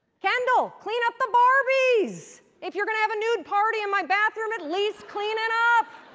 kendall, clean up the barbies! if you're going to have a nude party in my bathroom, at least clean it up!